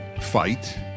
fight